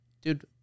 dude